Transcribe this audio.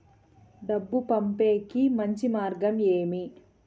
డబ్బు పంపేకి మంచి మార్గం ఏమి